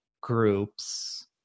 groups